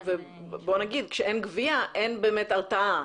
כשאין גבייה, אין באמת הרתעה.